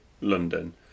London